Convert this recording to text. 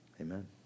Amen